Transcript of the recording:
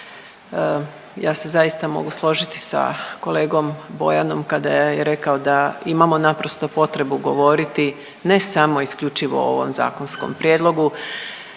Ja se zaista mogu složiti sa kolegom Bojanom kada je rekao da imamo naprosto potrebu govoriti ne samo isključivo o ovom zakonskom prijedlogu